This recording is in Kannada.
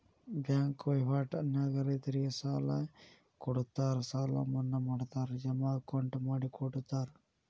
ಬ್ಯಾಂಕ್ ವಹಿವಾಟ ನ್ಯಾಗ ರೈತರಿಗೆ ಸಾಲ ಕೊಡುತ್ತಾರ ಸಾಲ ಮನ್ನಾ ಮಾಡ್ತಾರ ಜಮಾ ಅಕೌಂಟ್ ಮಾಡಿಕೊಡುತ್ತಾರ